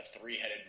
three-headed